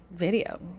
video